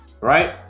right